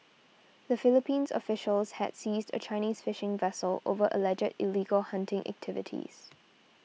the Philippines officials had seized a Chinese fishing vessel over alleged illegal hunting activities